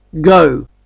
Go